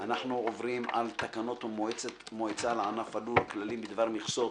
אנחנו עוברים להצעת תקנות המועצה לענף הלול (כללים בדבר מכסות